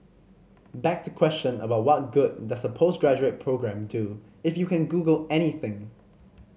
back to question about what good does a postgraduate programme do if you can Google anything